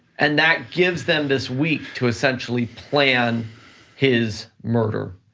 and that gives them this week to essentially plan his murder.